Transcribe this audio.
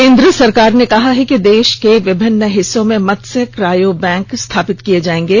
केंद्र सरकार ने कहा है कि देश के विभिन्न हिस्सों में मत्स्य क्रायो बैंक स्थापित किये जायेंगे